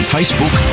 Facebook